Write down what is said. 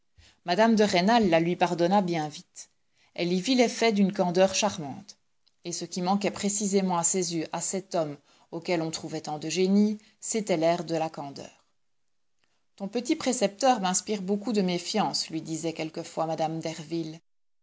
mme de rênal la lui pardonna bien vite elle y vit l'effet d'une candeur charmante et ce qui manquait précisément à ses yeux à cet homme auquel on trouvait tant de génie c'était l'air de la candeur ton petit précepteur m'inspire beaucoup de méfiance lui disait quelquefois mme